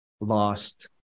lost